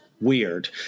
weird